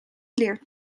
leert